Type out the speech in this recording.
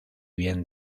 bien